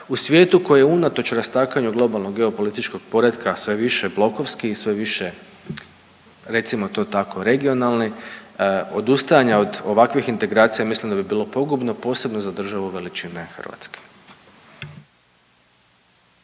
u svijetu koji je unatoč rastakanju globalnog geopolitičkog poretka sve više blokovski i sve više recimo to tako regionalni, odustajanja od ovakvih integracija mislim da bi bilo pogubno, posebno za državu veličine Hrvatske.